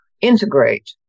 integrate